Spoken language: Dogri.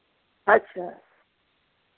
अच्छा